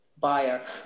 buyer